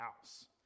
house